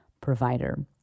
provider